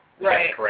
Right